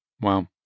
Wow